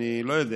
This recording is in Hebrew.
אני לא יודע,